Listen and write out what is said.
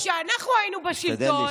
כי כשאנחנו היינו בשלטון,